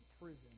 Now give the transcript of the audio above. prison